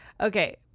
Okay